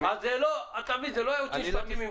זה לא יועצים משפטיים המציאו.